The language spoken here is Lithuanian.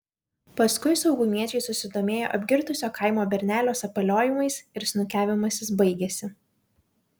paskui saugumiečiai susidomėjo apgirtusio kaimo bernelio sapaliojimais ir snukiavimasis baigėsi